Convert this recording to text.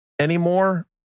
anymore